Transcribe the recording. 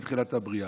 מתחילת הבריאה.